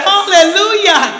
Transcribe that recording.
Hallelujah